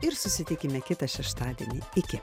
ir susitikime kitą šeštadienį iki